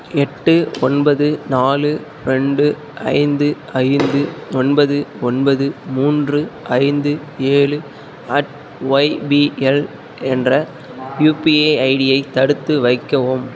எட்டு ஒன்பது நாலு ரெண்டு ஐந்து ஐந்து ஒன்பது ஒன்பது மூன்று ஐந்து ஏழு அட் ஒய்பிஎல் என்ற யுபிஐ ஐடியை தடுத்து வைக்கவும்